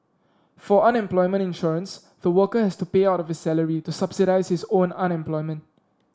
for unemployment insurance the worker has to pay out of his salary to subsidise his own unemployment